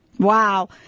Wow